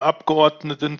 abgeordneten